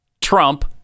Trump